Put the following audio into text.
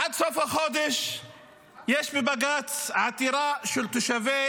עד סוף החודש יש בבג"ץ עתירה של תושבי